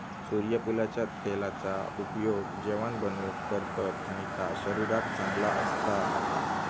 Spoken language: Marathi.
सुर्यफुलाच्या तेलाचा उपयोग जेवाण बनवूक करतत आणि ता शरीराक चांगला असता